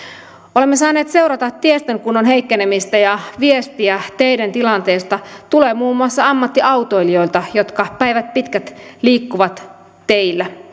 olemme saaneet seurata tiestön kunnon heikkenemistä ja viestiä teiden tilanteesta tulee muun muassa ammattiautoilijoilta jotka päivät pitkät liikkuvat teillä